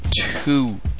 two